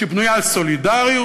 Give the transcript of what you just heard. שבנויה על סולידריות,